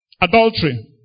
adultery